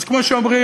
אז כמו שאומרים: